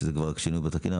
שזה שינוי בתקנות,